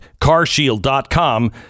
CarShield.com